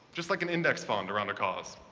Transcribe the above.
just like an index fund around a cause.